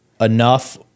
enough